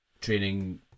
training